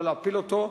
להפיל אותו.